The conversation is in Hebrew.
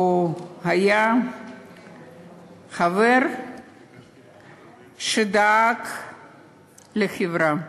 הוא היה חבר שדאג לחברה,